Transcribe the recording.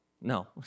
No